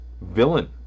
villain